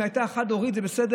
אם היא הייתה חד-הורית, זה בסדר?